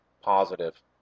positive